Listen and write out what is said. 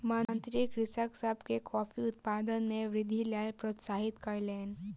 मंत्री कृषक सभ के कॉफ़ी उत्पादन मे वृद्धिक लेल प्रोत्साहित कयलैन